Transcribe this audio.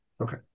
Okay